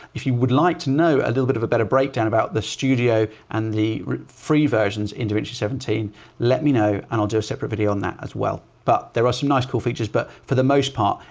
if you would like to know a little bit of a better breakdown about the studio and the free versions in davinci resolve seventeen let me know, and i'll do a separate video on that as well, but there are some nice cool features, but for the most part,